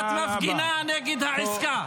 את מפגינה נגד העסקה?